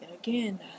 again